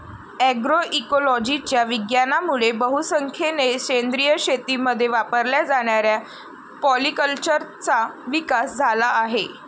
अग्रोइकोलॉजीच्या विज्ञानामुळे बहुसंख्येने सेंद्रिय शेतीमध्ये वापरल्या जाणाऱ्या पॉलीकल्चरचा विकास झाला आहे